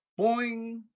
boing